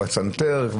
או בסנטר.